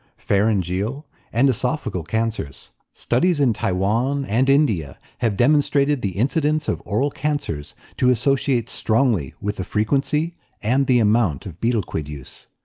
pharyngeal and oesophageal cancers. studies in taiwan and india have demonstrated the incidence of oral cancers to associate strongly with the frequency and the amount of betel quid use.